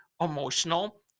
emotional